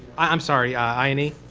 i'm sorry i and e.